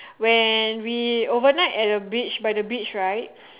when we overnight at the beach by the beach right